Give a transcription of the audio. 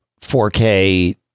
4K